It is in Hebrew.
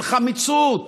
של חמיצות,